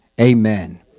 Amen